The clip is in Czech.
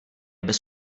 bez